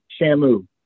Shamu